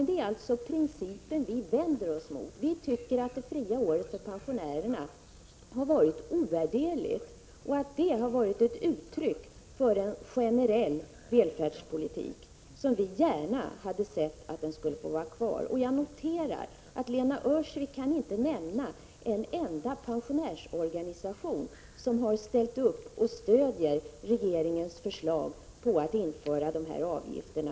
Det är alltså principen vi vänder oss emot. Vi tycker att friåret för pensionärerna har varit ovärderligt. Det har varit ett uttryck för en generell välfärdspolitik som vi gärna velat ha kvar. Jag noterar att Lena Öhrsvik inte kan nämna en enda pensionärsorganisation som har ställt sig bakom regeringens förslag om att införa dessa avgifter.